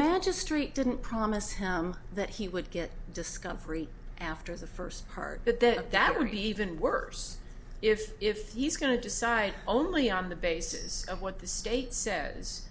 magistrate didn't promise him that he would get discovery after the first part but that that would be even worse if if he's going to decide only on the basis of what the state says